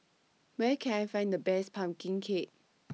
Where Can I Find The Best Pumpkin Cake